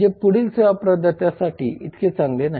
जे पुढील सेवा प्रदात्यासाठी इतके चांगले नाही